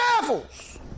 devils